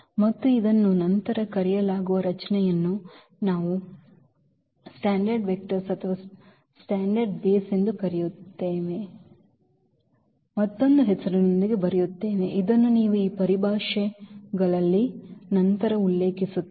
ಮತ್ತು ಇದನ್ನು ನಂತರ ಕರೆಯಲಾಗುವ ರಚನೆಯನ್ನು ನಾವು ಸ್ಟ್ಯಾಂಡರ್ಡ್ ವೆಕ್ಟರ್ಸ್ ಅಥವಾ ಸ್ಟ್ಯಾಂಡರ್ಡ್ ಬೇಸ್ ಎಂದು ಕರೆಯುವ ಮತ್ತೊಂದು ಹೆಸರಿನೊಂದಿಗೆ ಬರುತ್ತೇವೆ ಇದನ್ನು ನೀವು ಈ ಪರಿಭಾಷೆಗಳಲ್ಲಿ ನಂತರ ಉಲ್ಲೇಖಿಸುತ್ತೀರಿ